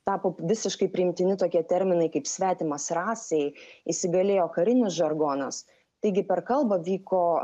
tapo visiškai priimtini tokie terminai kaip svetimas rasei įsigalėjo karinis žargonas taigi per kalbą vyko